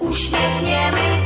Uśmiechniemy